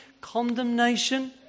condemnation